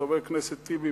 חבר הכנסת טיבי,